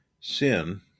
sin